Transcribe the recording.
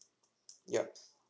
yup